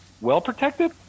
well-protected